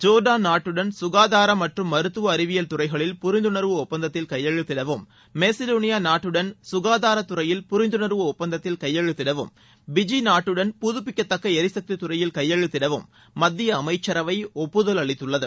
Jordan நாட்டுடன் ககாதாரம் மற்றும் மருத்துவ அறிவியல் துறைகளில் புரிந்துணர்வு ஒப்பந்தத்தில் கையெழுத்திடவும் மேசிடோனியா நாட்டுடன் ககாதாரத்துறையில் புரிந்துணர்வு ஒப்பந்தத்தில் கையெழுத்திடவும் பிஜி நாட்டுடன் புதப்பிக்கத்தக்க எரிசக்தித்துறையில் கையெழுத்திடவும் மத்திய அமைச்சரவை ஒப்புதல் அளித்துள்ளது